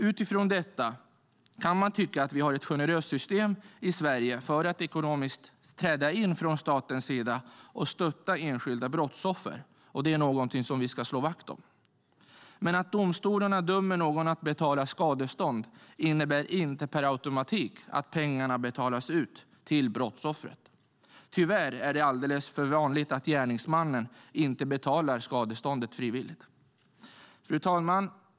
Utifrån detta kan man tycka att vi har ett generöst system i Sverige, där staten kan träda in ekonomiskt för att stötta enskilda brottsoffer. Det är något som vi ska slå vakt om. Att domstolarna dömer någon att betala skadestånd innebär dock inte per automatik att pengarna betalas ut till brottsoffret. Tyvärr är det alldeles för vanligt att gärningsmannen inte betalar skadeståndet frivilligt. Fru talman!